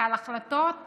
החלטות